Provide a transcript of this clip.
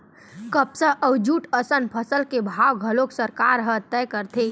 कपसा अउ जूट असन फसल के भाव घलोक सरकार ह तय करथे